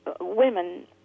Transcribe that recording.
women